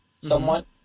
somewhat